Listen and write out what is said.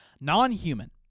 Non-human